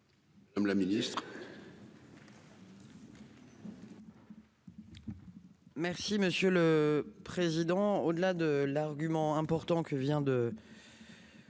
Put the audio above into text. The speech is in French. madame la ministre,